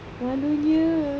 malunya